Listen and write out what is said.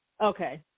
Okay